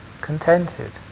contented